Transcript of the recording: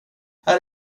här